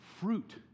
fruit